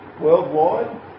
Worldwide